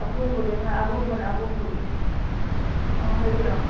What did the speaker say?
ꯑꯍꯣꯡꯕꯅ ꯑꯍꯣꯡꯕꯒꯤ ꯑꯥ ꯍꯥꯏꯕꯤꯔꯛꯑꯣ